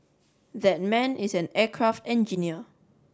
that man is an aircraft engineer